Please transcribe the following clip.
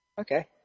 Okay